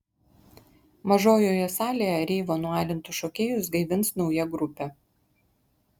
mažojoje salėje reivo nualintus šokėjus gaivins nauja grupė